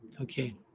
okay